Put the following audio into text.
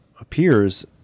appears